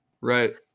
right